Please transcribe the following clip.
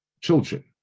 children